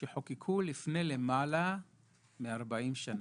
שחוקקו לפני למעלה מ-40 שנה.